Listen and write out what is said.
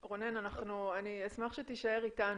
רונן, אני אשמח שתישאר איתנו.